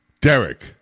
Derek